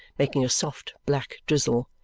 making a soft black drizzle,